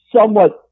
somewhat